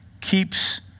keeps